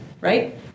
right